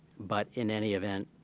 but in any event,